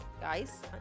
guys